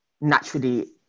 naturally